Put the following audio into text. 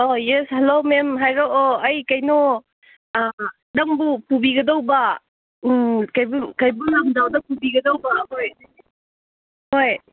ꯑꯣ yes hello ma'am ꯍꯥꯏꯔꯛꯑꯣ ꯑꯩ ꯀꯩꯅꯣ ꯅꯪꯕꯨ ꯄꯨꯕꯤꯒꯗꯧꯕ ꯎꯝ ꯀꯩꯕꯨꯜ ꯂꯝꯖꯥꯎꯗ ꯄꯨꯕꯤꯒꯗꯧꯕ ꯑꯩꯈꯣꯏ ꯍꯣꯏ